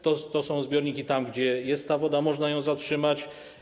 To są zbiorniki, gdzie jest ta woda, można ją zatrzymać.